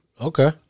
Okay